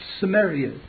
Samaria